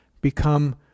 become